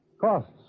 Costs